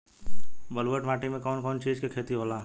ब्लुअट माटी में कौन कौनचीज के खेती होला?